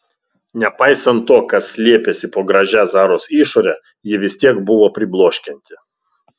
nepaisant to kas slėpėsi po gražia zaros išore ji vis tiek buvo pribloškianti